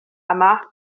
yma